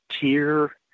tier